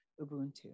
Ubuntu